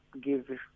give